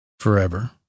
forever